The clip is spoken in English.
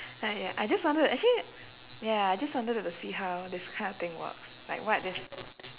uh ya I just wanted actually ya I just wanted to see how this kind of thing works like what this